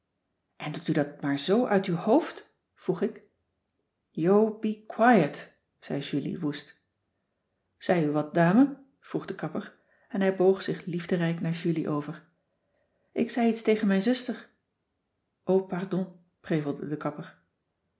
en doet u dat maar zoo uit uw hoofd vroeg ik jo be quiet zei julie woest zei u wat dame vroeg de kapper en hij boog zich liefderijk naar julie over ik zei iets tegen mijn zuster o pardon prevelde de kapper